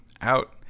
out